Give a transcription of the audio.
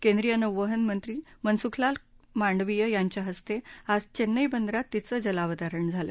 केंद्रीय नौवहन मंत्री मनसुखलाल मांडवीय यांच्या हस्ते आज चेन्नई बंदरात तिचं जलावतरण झालं